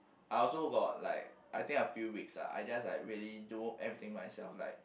I also got like I think a few weeks ah I just like really do everything myself like